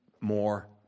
more